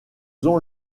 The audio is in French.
ont